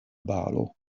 balo